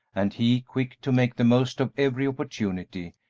and he, quick to make the most of every opportunity,